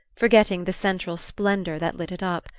forgetting the central splendour that lit it up.